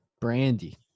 Brandy